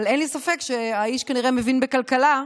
אבל אין לי ספק שהאיש כנראה מבין בכלכלה,